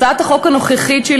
הצעת החוק הנוכחית שלי,